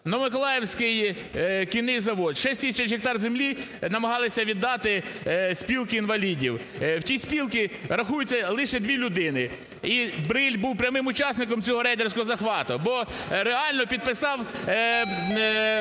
Новомиколаївський кінний завод, 6 тисяч гектарів землі намагалися віддати спілці інвалідів, в тій спілці рахується лише дві людини. І Бриль був прямим учасником цього рейдерського захвату, бо реально підписав